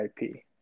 IP